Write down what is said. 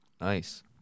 Nice